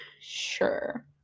Sure